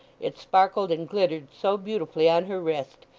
it sparkled and glittered so beautifully on her wrist,